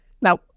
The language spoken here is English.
Now